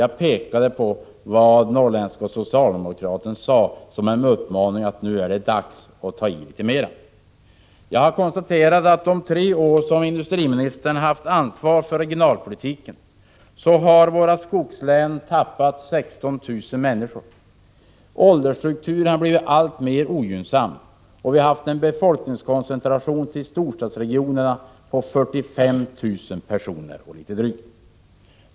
Jag pekade i mitt anförande på Norrländska Socialdemokratens uppmaning: Nu är det dags att ta i litet mera. Jag konstaterade att under de tre år som industriministern haft ansvaret för regionalpolitiken har våra skogslän tappat 16 000 människor. Åldersstrukturen har blivit alltmer ogynnsam. Det har skett en befolkningskoncentration till storstadsregionerna på drygt 45 000 personer.